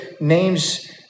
names